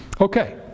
Okay